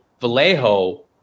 Vallejo